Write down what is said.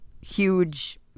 huge